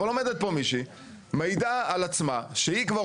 אבל עומדת פה מישהי מעידה על עצמה שהיא כבר